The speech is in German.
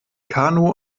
kanu